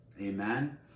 Amen